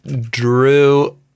Drew